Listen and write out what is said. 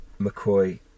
McCoy